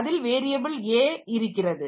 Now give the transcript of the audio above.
அதில் variable a இருக்கிறது